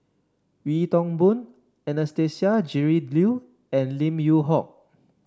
Wee Toon Boon Anastasia Tjendri Liew and Lim Yew Hock